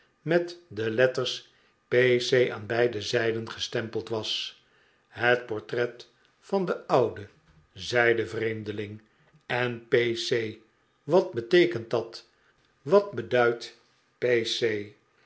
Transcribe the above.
met de letters p c aan beide zijden gestempeld was het portret van den oude zei de vreemdeling en p c wat beteekent dat wat beduidt p c